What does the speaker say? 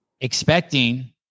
expecting